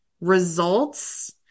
results